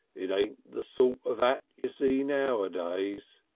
it ain't the sort of at you see nowadays.